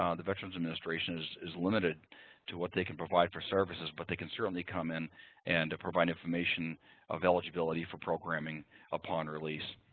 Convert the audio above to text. um the veterans administration is administration is limited to what they can provide for services, but they can certainly come in and provide information of eligibility for programming upon release.